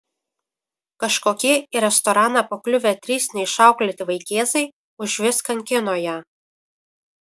kažkokie į restoraną pakliuvę trys neišauklėti vaikėzai užvis kankino ją